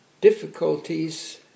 difficulties